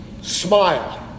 smile